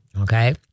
Okay